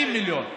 90 מיליון,